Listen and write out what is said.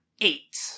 eight